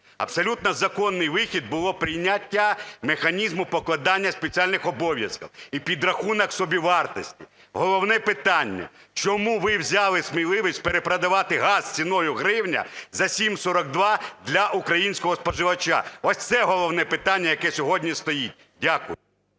Абсолютно законний вихід було прийняття механізму покладання спеціальних обов'язків і підрахунок собівартості. Головне питання: чому ви взяли сміливість перепродавати газ ціною гривня за 7,42 для українського споживача? Ось це головне питання, яке сьогодні стоїть. Дякую.